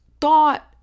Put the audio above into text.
thought